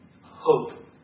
hope